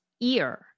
ear